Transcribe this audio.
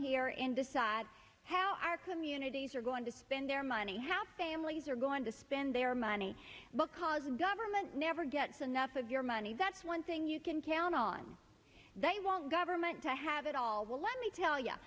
here in the side how our communities are going to spend their money how families are going to spend their money because government never gets enough of your money that's one thing you can count on they want government to have it all well let me tell y